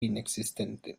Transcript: inexistente